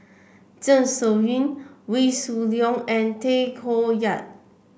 Zeng Shouyin Wee Shoo Leong and Tay Koh Yat